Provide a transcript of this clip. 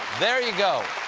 there you go.